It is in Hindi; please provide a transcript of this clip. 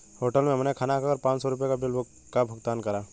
होटल में हमने खाना खाकर पाँच सौ रुपयों के बिल का भुगतान करा